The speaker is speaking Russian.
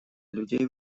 людей